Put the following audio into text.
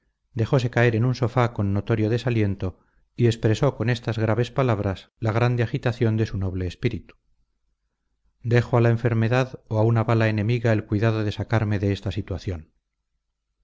irritación dejose caer en un sofá con notorio desaliento y expresó con estas graves palabras la grande agitación de su noble espíritu dejo a la enfermedad o a una bala enemiga el cuidado de sacarme de esta situación